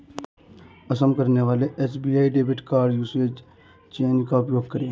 अक्षम करने वाले SBI debit card usage change का उपयोग करें